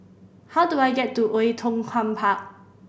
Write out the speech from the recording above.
how do I get to Oei Tiong Ham Park